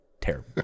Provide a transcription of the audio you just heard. Terrible